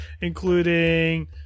including